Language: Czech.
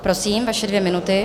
Prosím, vaše dvě minuty.